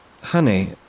Honey